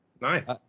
nice